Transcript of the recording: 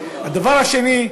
הדבר השני,